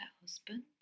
husband